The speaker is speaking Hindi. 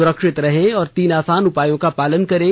सुरक्षित रहें और तीन आसान उपायों का पालन करें